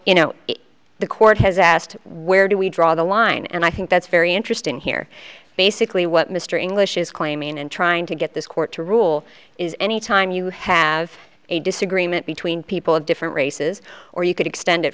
you know the court has asked where do we draw the line and i think that's very interesting here basically what mr english is claiming and trying to get this court to rule is anytime you have a disagreement between people of different races or you could extend it